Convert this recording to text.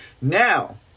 Now